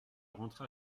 rentra